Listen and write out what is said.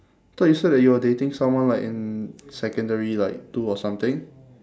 thought you said that you were dating someone like in secondary like two or something